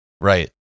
Right